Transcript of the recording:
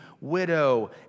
widow